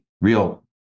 real